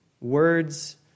words